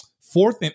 fourth